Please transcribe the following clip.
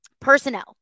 personnel